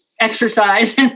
exercise